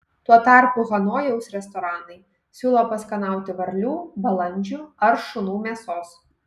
tuo tarpu hanojaus restoranai siūlo paskanauti varlių balandžių ar šunų mėsos